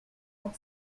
par